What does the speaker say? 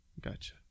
Gotcha